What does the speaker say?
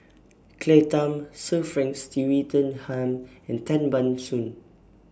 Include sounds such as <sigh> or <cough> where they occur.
Claire Tham Sir Frank <unintelligible> and Tan Ban Soon